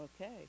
Okay